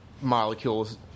molecules